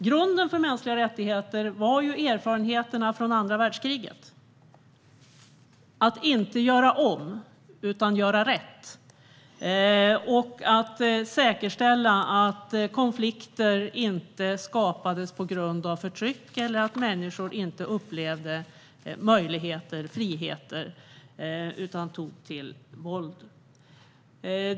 Grunden för mänskliga rättigheter var erfarenheterna från andra världskriget - att inte göra om utan göra rätt samt säkerställa att konflikter inte skapades på grund av förtryck eller att människor inte upplevde att de hade möjligheter eller friheter utan tog till våld.